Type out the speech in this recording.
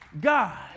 God